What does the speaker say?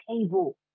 table